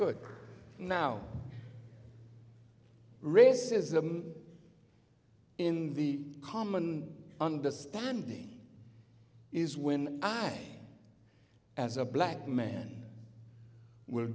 good now racism in the common understanding is when i as a black man w